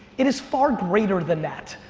it is far greater than that.